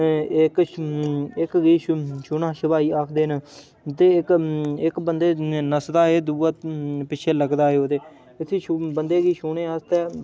इक इक गी छुना छपाई आखदे न ते इक इक बंदे नसदा ऐ ते दूआ पिच्छे लगदा ऐ ओह्दे बंदे गी छूने आस्तै